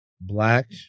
Black